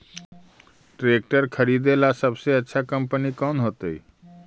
Tractor खरीदेला सबसे अच्छा कंपनी कौन होतई?